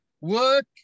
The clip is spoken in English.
Work